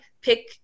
pick